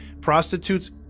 prostitutes